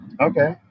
okay